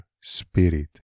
spirit